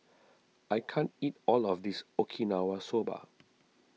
I can't eat all of this Okinawa Soba